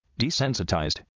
Desensitized